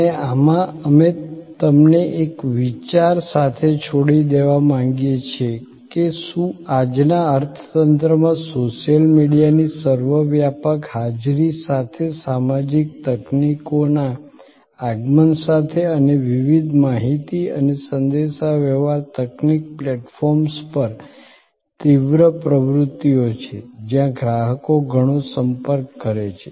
અને આમાં અમે તમને એક વિચાર સાથે છોડી દેવા માંગીએ છીએ કે શું આજના અર્થતંત્રમાં સોશિયલ મીડિયાની સર્વવ્યાપક હાજરી સાથે સામાજિક તકનીકોના આગમન સાથે અને વિવિધ માહિતી અને સંદેશાવ્યવહાર તકનીક પ્લેટફોર્મ્સ પર તીવ્ર પ્રવૃત્તિઓ છે જ્યાં ગ્રાહકો ઘણો સંપર્ક કરે છે